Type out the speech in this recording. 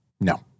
No